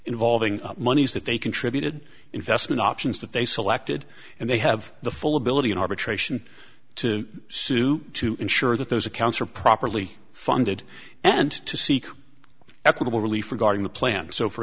involving monies that they contributed investment options that they selected and they have the full ability in arbitration to sue to ensure that those accounts are properly funded and to seek equitable relief regarding the plan so for